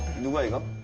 wake up